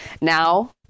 now